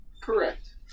Correct